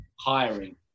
hiring